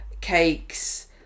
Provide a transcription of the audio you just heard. cakes